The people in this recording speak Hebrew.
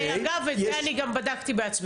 זה לא נכון, ואגב, את זה אני גם בדקתי בעצמי.